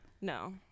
No